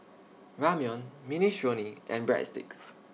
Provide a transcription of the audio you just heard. Ramyeon Minestrone and Breadsticks